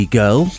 girl